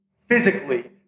physically